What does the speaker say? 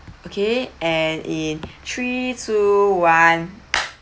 okay and in three two one